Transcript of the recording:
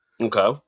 Okay